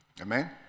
amen